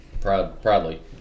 Proudly